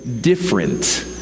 different